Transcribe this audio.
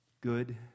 Good